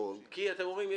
כי אתם אומרים,